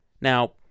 Now